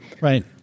right